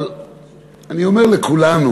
אבל אני אומר לכולנו,